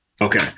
Okay